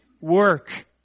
work